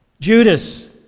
Judas